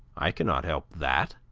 i cannot help that.